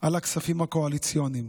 על הכספים הקואליציוניים.